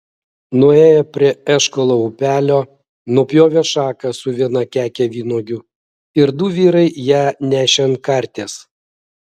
nuėję prie eškolo upelio nupjovė šaką su viena keke vynuogių ir du vyrai ją nešė ant karties